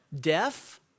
Deaf